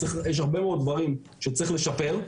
יש הרבה מאוד דברים שצריך לשפר.